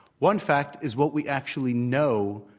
one fact is what we actually know,